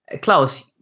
Klaus